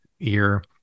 ear